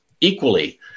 equally